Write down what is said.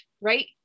right